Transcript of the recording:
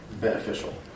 beneficial